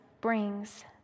brings